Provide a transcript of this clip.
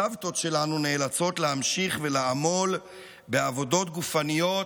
הסבתות שלנו נאלצות להמשיך ולעמול בעבודות גופניות